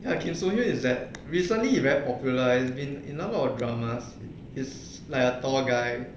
ya kim soo hyun is that recently he very popular he's been in a number of dramas he is like a tall guy